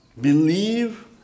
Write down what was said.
Believe